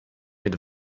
mit